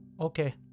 Okay